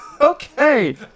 Okay